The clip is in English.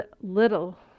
little